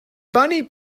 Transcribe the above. bunny